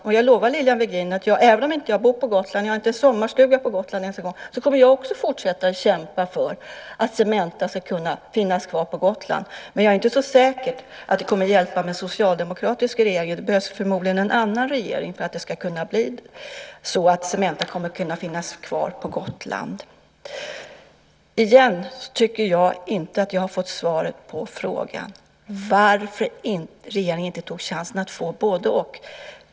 Och jag lovar Lilian Virgin att jag även om jag inte bor på Gotland - jag har inte sommarstuga på Gotland ens en gång - kommer att fortsätta kämpa för att Cementa ska kunna finnas kvar på Gotland. Men jag är inte så säker på att det kommer att hjälpa med en socialdemokratisk regering. Det behövs förmodligen en annan regering för att det ska kunna bli så att Cementa kommer att kunna finnas kvar på Gotland. Jag tycker inte att jag har fått svar på frågan varför regeringen inte tog chansen att få både-och.